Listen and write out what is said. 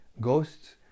Ghosts